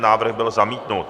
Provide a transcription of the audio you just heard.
Návrh byl zamítnut.